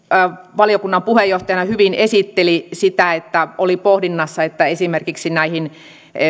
valiokunnan puheenjohtajana hyvin esitteli sitä että oli pohdinnassa että esimerkiksi tähän